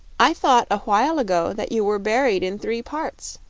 i thought a while ago that you were buried in three parts,